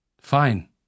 Fine